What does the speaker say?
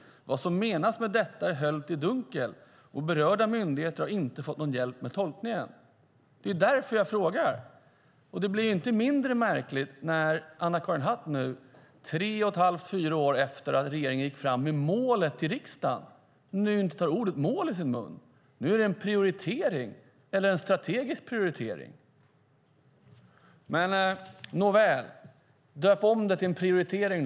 Vad som menas med detta är höljt i dunkel - även för berörda myndigheter." Det är därför jag frågar. Och det blir inte mindre märkligt när Anna-Karin Hatt nu, tre och ett halvt fyra år efter att regeringen gick fram med målet till riksdagen, inte tar ordet "mål" i sin mun. Nu är det en strategisk prioritering. Nåväl. Döp om det till en prioritering!